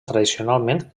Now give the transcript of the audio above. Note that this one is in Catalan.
tradicionalment